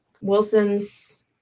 Wilson's